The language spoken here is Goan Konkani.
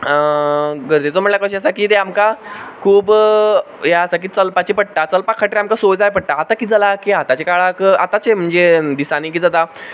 गरजेचो म्हणल्यार कशें आसा की ते आमकां खूब हें आसा की चलपाचें पडटा चलपा खातीर आमकां सुवात जाय पडटा आतां कितें जालां की आतांचे काळाक आतांचे म्हणचे दिसानी कितें जाता